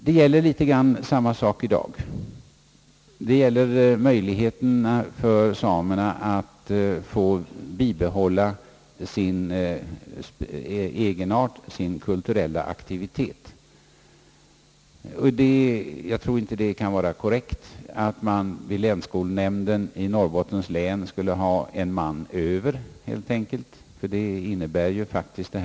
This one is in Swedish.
Det är i viss mån samma förhållande i dag. Det gäller ytterst att trygga möjligheterna för samerna att få behålla sin egenart och sin kulturella aktivitet. Jag tror inte det är korrekt att man vid länsskolnämnden i Norrbottens län skulle ha en man Över, vilket utskottsmajoritetens hemställan tycks innebä ra.